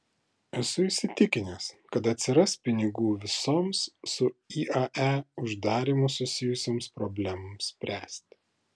esu įsitikinęs kad atsiras pinigų visoms su iae uždarymu susijusioms problemoms spręsti